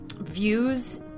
views